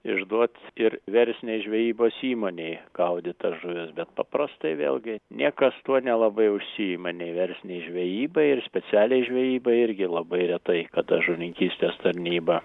išduot ir verslinės žvejybos įmonei gaudyt tas žuvis bet paprastai vėlgi niekas tuo nelabai užsiima nei verslinei žvejybai ir specialiai žvejybai irgi labai retai kada žuvininkystės tarnyba